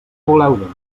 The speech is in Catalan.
voleu